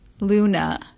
Luna